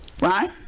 Right